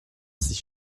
sich